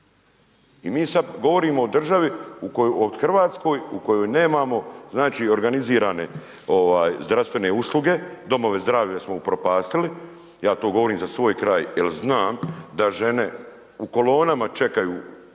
I mi sad govorimo o državi u koju, o Hrvatskoj u kojoj nemamo znači organizirane zdravstvene usluge, domove zdravlja smo upropastili, ja to govorim za svoj kraj jer znam da žene u kolonama čekaju